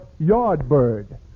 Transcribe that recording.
Yardbird